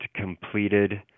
completed